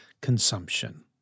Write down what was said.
consumption